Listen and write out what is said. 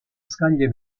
scaglie